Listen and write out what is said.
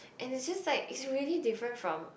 and it's just like it's really different from